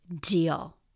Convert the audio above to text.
deal